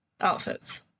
outfits